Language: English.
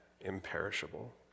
imperishable